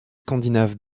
scandinave